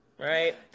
Right